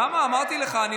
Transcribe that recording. לא צריך.